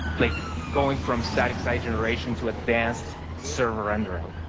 like going from static site generation to advanced server rendering.